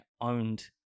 owned